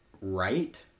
right